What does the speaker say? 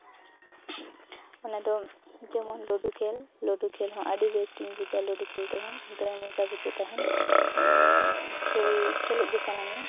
ᱚᱱᱟ ᱫᱚ ᱡᱮᱢᱚᱱ ᱞᱩᱰᱩ ᱠᱷᱮᱹᱞ ᱞᱩᱰᱩ ᱠᱷᱮᱹᱞ ᱦᱚᱸ ᱟᱹᱰᱤ ᱵᱮᱥᱴ ᱤᱧ ᱵᱩᱡᱟ ᱞᱩᱰᱩ ᱠᱷᱮᱹᱞ ᱛᱮᱦᱚᱸ ᱫᱚᱢᱮ ᱢᱚᱡᱟ ᱵᱩᱡᱟᱹᱜ ᱛᱟᱦᱮᱱ ᱠᱷᱮᱹᱞ ᱠᱷᱮᱹᱞᱳᱜ ᱜᱮ ᱥᱟᱱᱟ ᱢᱮᱭᱟ